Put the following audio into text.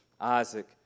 Isaac